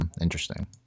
interesting